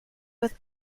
with